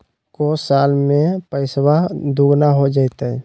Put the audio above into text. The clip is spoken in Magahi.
को साल में पैसबा दुगना हो जयते?